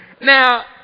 Now